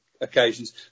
occasions